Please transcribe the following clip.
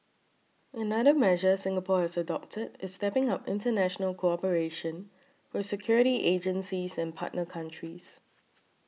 another measure Singapore has adopted is stepping up international cooperation with security agencies and partner countries